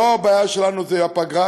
והבעיה שלנו זה לא הפגרה,